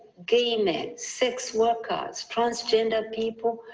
gay men, sex workers, transgender people,